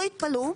בתפוצות.